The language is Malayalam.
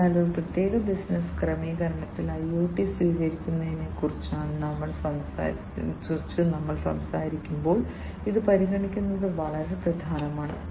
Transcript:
അതിനാൽ ഒരു പ്രത്യേക ബിസിനസ് ക്രമീകരണത്തിൽ IoT സ്വീകരിക്കുന്നതിനെക്കുറിച്ച് നമ്മൾ സംസാരിക്കുമ്പോൾ ഇത് പരിഗണിക്കുന്നതിന് വളരെ പ്രധാനമാണ്